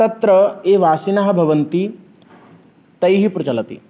तत्र ये वासिनः भवन्ति तैः प्रचलति